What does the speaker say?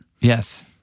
Yes